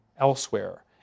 elsewhere